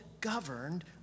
governed